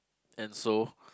and so